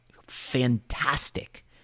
fantastic